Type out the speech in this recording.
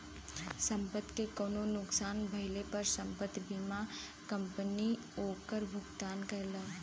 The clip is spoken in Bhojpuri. संपत्ति के कउनो नुकसान भइले पर संपत्ति बीमा कंपनी ओकर भुगतान करला